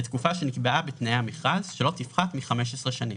לתקופה שנקבעה בתנאי המכרז שלא תפחת מ-15 שנים,